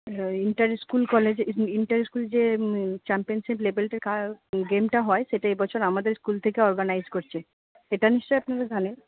interschool college interschool যে championship লেবেলের গেমটা হয় সেটা এবছর আমাদের স্কুল থেকে অর্গানাইজ করছে সেটা নিশ্চয়ই আপনারা জানেন